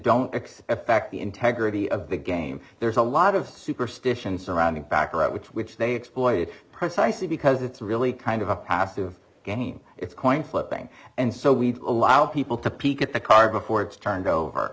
don't x affect the integrity of the game there is a lot of superstition surrounding back of that which which they exploited precisely because it's really kind of a passive game it's coin flipping and so we allow people to peek at the card before it's turned over